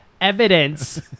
evidence